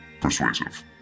persuasive